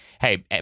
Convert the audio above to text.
hey